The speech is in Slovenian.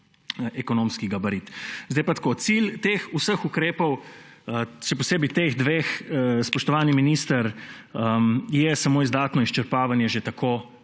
ekonomski gabarit. Zdaj pa tako. Cilj vseh teh ukrepov, še posebej teh dveh, spoštovani minister, je samo izdatno izčrpavanje že tako